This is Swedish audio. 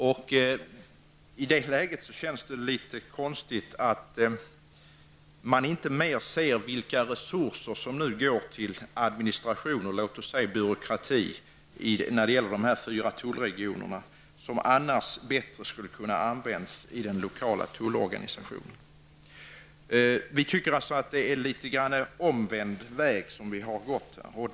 I det rådande läget känns det lite konstigt att man inte mera ser till vilka resurser som nu går till administration och byråkrati inom de fyra tullregionerna som annars bättre skulle kunna användas i den lokala tullorganisationen. Vi tycker att man har gått en omvänd väg.